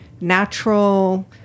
natural